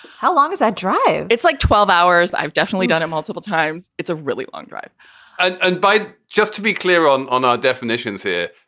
how long is that drive? it's like twelve hours. i've definitely done it multiple times. it's a really long drive and by just to be clear on on our definitions here.